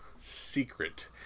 secret